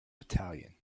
battalion